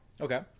Okay